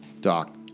Doc